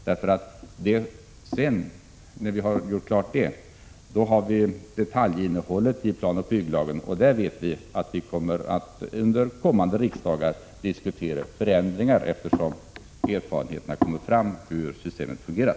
När det sedan gäller detaljinnehållet i planoch bygglagen vet vi att vi under 51 kommande riksmöten kommer att diskutera förändringar, allteftersom erfarenheten visar hur systemet fungerar.